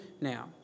now